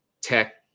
Tech